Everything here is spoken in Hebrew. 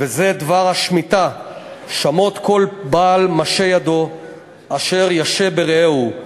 "וזה דבר השמִטה שמוט כל בעל מַשֵה ידו אשר יַשֵה ברעהו,